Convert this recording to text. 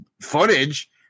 footage